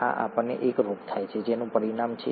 આ આપણને એક રોગ થાય છે જેનું પરિણામ છે